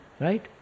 right